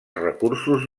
recursos